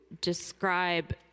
describe